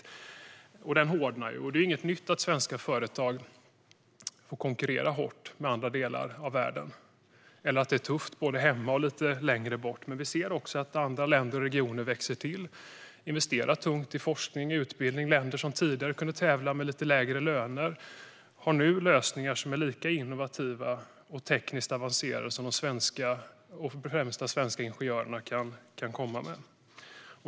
Konkurrensen hårdnar, och det är inget nytt att svenska företag får konkurrera hårt med andra delar av världen eller att det är tufft både hemma och längre bort. Men vi ser också att andra länder och regioner växer till och investerar tungt i forskning och utbildning. Länder som tidigare kunde tävla med lite lägre löner har nu lösningar som är lika innovativa och tekniskt avancerade som dem som de främsta svenska ingenjörerna kan komma med.